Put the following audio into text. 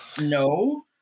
no